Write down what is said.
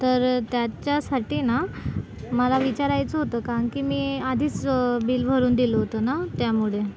तर त्याच्यासाठी ना मला विचारायचं होतं कारण की मी आधीच बिल भरून दिलं होतं ना त्यामुळे